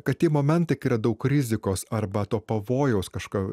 kad tie momentai kai yra daug rizikos arba to pavojaus kažko